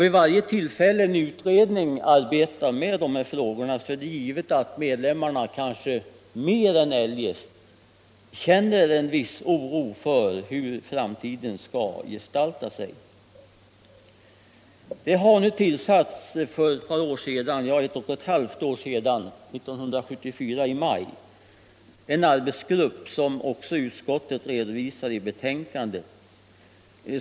Vid varje tillfälle då en utredning arbetar med dessa frågor är det givet att medlemmarna kanske mer än eljest känner en oro för hur framtiden skall gestalta sig. I maj månad 1974 tillsattes en arbetsgrupp, vilket också utskottet redovisar i betänkandet.